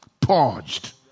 purged